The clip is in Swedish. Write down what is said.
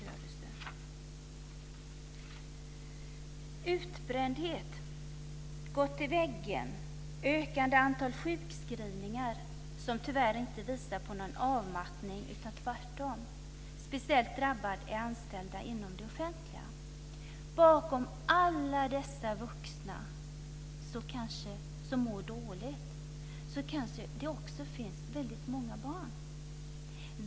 Det finns utbrändhet, man går i väggen och antalet sjukskrivningar ökar. Här ser vi tyvärr ingen avmattning, utan tvärtom. Speciellt drabbade är anställda inom det offentliga. Bakom alla dessa vuxna som mår dåligt finns det också väldigt många barn.